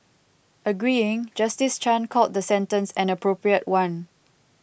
agreeing Justice Chan called the sentence an appropriate one